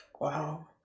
Wow